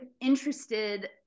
interested